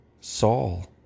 Saul